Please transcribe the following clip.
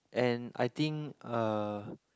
and I think uh